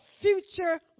future